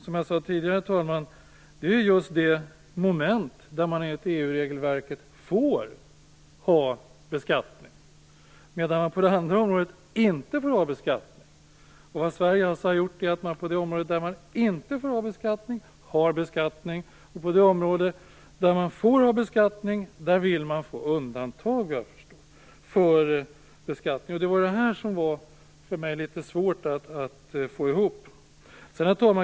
Som jag sade tidigare, herr talman, är det just det moment där man enligt EU-regelverket får ha beskattning, medan man på det andra området inte får ha beskattning. Vad Sverige alltså gör, såvitt jag förstår, är att man har beskattning på det område där man inte får ha beskattning och att man vill få undantag från beskattning på det område där man får ha beskattning. Det var det här som jag hade litet svårt att få ihop. Herr talman!